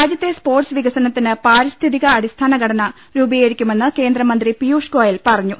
രാജ്യത്തെ സ്പോർട്സ് വികസനത്തിന് പാരിസ്ഥിതി ക അടിസ്ഥാനഘടന രൂപീകരിക്കുമെന്ന് കേന്ദ്രമന്ത്രി പിയൂഷ് ഗോയൽ പറഞ്ഞു